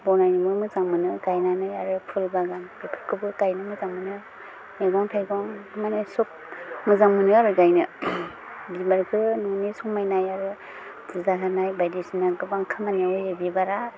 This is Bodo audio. बनायनोबो मोजां मोनो गायनानै आरो फुल बागान बेफोरखौबो गायनो मोजां मोनो मेगं थाइगं माने सब मोजां मोनो आरो गायनो बिबारखौ न'नि समायनाय आरो फुजा होनाय बायदिसिना गोबां खामानियाव होयो बिबारा